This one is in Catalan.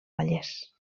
vallès